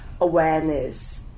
awareness